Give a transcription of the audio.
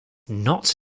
not